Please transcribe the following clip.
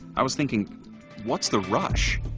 i was thinking what's the rush?